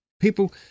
people